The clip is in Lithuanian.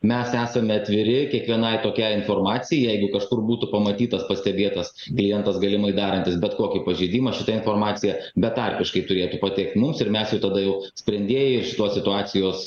mes esame atviri kiekvienai tokiai informacijai jeigu kažkur būtų pamatytas pastebėtas klientas galimai darantis bet kokį pažeidimą šita informacija betarpiškai turėtų patekti mums ir mes tada jau sprendėjai ir šitos situacijos